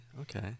Okay